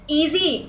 easy